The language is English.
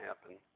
happen